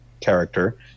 character